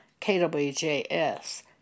KWJS